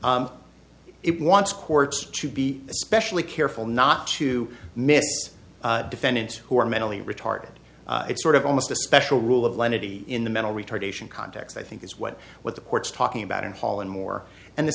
that it wants courts to be especially careful not to miss defendants who are mentally retarded it's sort of almost a special rule of lenity in the mental retardation context i think is what what the court's talking about in hall and more and the